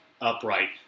upright